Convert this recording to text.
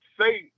say